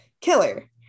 Killer